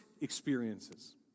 experiences